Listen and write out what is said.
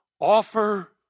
Offer